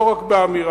לא רק באמירה,